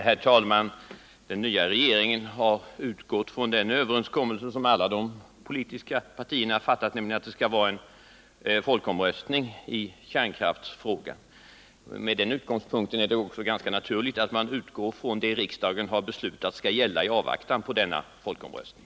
Herr talman! Den nya regeringen har utgått från en överenskommelse som alla de politiska partierna har träffat, nämligen att det skall vara en folkomröstning i kärnkraftsfrågan. Det är då också ganska naturligt att man utgår från vad riksdagen har beslutat skall gälla i avvaktan på denna folkomröstning.